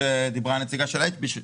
כפי שדיברה נציגת HP,